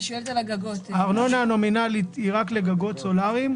ארנונה נומינלית היא רק לגגות סולריים.